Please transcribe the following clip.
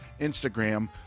Instagram